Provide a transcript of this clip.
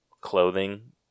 clothing